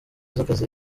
z’akazi